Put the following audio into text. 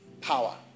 power